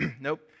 Nope